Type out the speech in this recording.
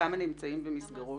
כמה נמצאים במסגרות?